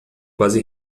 quase